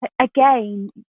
again